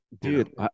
Dude